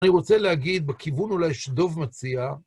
אני רוצה להגיד, בכיוון אולי שדוב מציע,